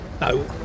no